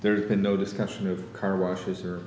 there's been no discussion of car washes or